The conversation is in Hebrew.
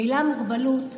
המילה "מוגבלות"